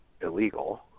illegal